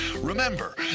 Remember